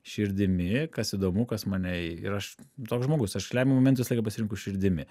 širdimi kas įdomu kas mane ir aš toks žmogus aš lemiamu momentu visą laiką pasirenku širdimi